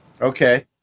Okay